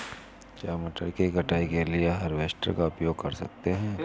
क्या मटर की कटाई के लिए हार्वेस्टर का उपयोग कर सकते हैं?